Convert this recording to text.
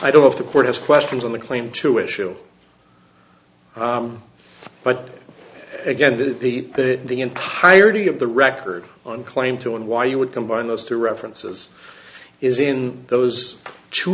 i don't know if the court has questions on the claim to issue but again that the the entirety of the record on claim to and why you would combine those two references is in those two